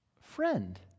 Friend